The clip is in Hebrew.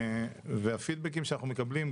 והפידבקים שאנחנו מקבלים,